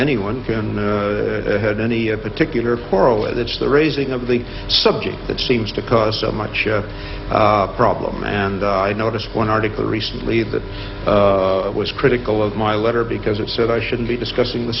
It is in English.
anyone had any particular for oh it's the raising of the subject that seems to cause so much a problem and i noticed one article recently that was critical of my letter because it said i shouldn't be discussing th